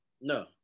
No